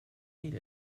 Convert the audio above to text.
ate